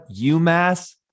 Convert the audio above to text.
UMass